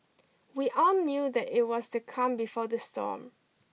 we all knew that it was the calm before the storm